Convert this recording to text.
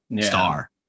star